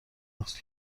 است